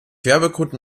werbekunden